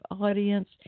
audience